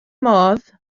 modd